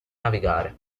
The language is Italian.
navigare